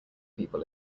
people